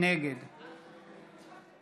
נגד רם שפע,